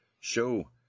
show